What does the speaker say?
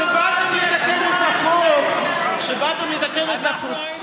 הסכמנו שבממשלה הבאה יהיו